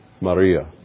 Maria